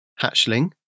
hatchling